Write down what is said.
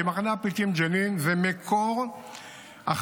כי מחנה הפליטים ג'נין זה מקור הכוונה,